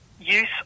use